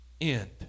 end